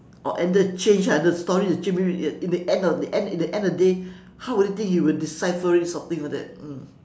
or ended change ah the story is ch~ in the at the end in the end of the day how will you think you will he will decipher it something like that mm